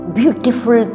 beautiful